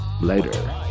Later